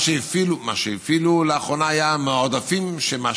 מה שהפעילו לאחרונה היה מהעודפים של מה